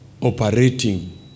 operating